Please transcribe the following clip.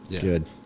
Good